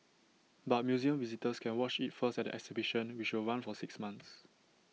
but museum visitors can watch IT first at the exhibition which will run for six months